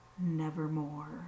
nevermore